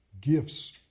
gifts